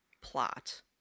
plot